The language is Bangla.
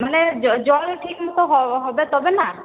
মানে জল ঠিকমতো হবে তবে না